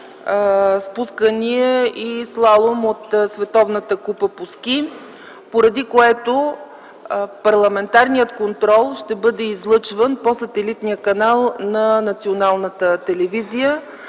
спускания и слалом от Световната купа по ски, поради което Парламентарният контрол ще бъде излъчван по сателитния канал на Националната телевизия.